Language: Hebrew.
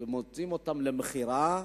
מוציאים אותן למכירה,